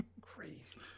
crazy